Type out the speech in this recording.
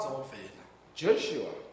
Joshua